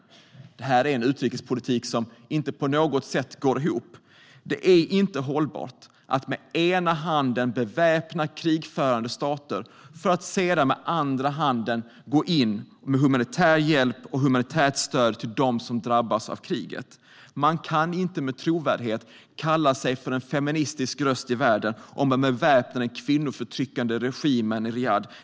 Det här är en utrikespolitik som inte på något sätt går ihop. Det är inte hållbart att med ena handen beväpna krigförande stater för att sedan med den andra handen gå in med humanitär hjälp och humanitärt stöd till dem som drabbas av kriget. Man kan inte med trovärdighet kalla sig för en feministisk röst i världen om man beväpnar den kvinnoförtryckande regimen i Riyadh.